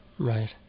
Right